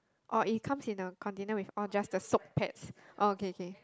or it comes in a container with all just the soap pads oh K K